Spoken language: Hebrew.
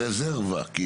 הרזרבה.